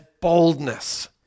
boldness